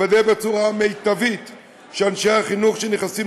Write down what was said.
לוודא בצורה מיטבית שאנשי החינוך שנכנסים